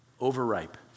overripe